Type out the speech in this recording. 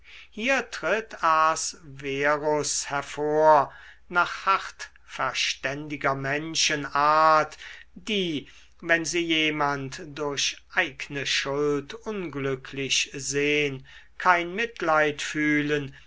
hier tritt ahasverus hervor nach hartverständiger menschen art die wenn sie jemand durch eigne schuld unglücklich sehn kein mitleid fühlen